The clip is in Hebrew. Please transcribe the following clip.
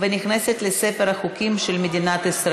אין מתנגדים, אין נמנעים.